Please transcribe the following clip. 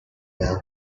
now